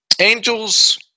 Angels